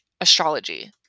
astrology